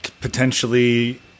potentially